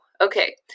Okay